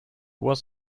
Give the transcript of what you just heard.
was